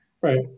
Right